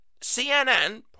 CNN